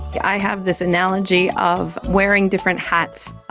i have this analogy of wearing different hats.